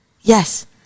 yes